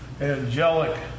angelic